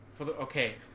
Okay